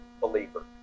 believer